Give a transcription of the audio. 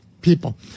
people